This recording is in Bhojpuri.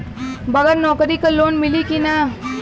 बगर नौकरी क लोन मिली कि ना?